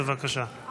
בבקשה.